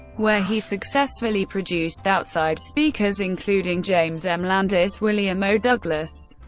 where he successfully produced outside speakers including james m. landis william o. douglas,